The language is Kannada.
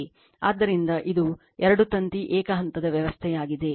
ಆದ್ದರಿಂದ ಇದು ಎರಡು ತಂತಿ ಏಕ ಹಂತದ ವ್ಯವಸ್ಥೆಯಾಗಿದೆ